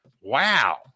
Wow